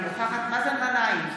אינה נוכחת מאזן גנאים,